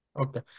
Okay